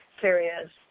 serious